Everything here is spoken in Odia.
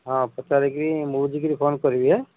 ହଁ ପଚାରିକିରି ବୁଝିକିରି ଫୋନ୍ କରିବି ହେଁ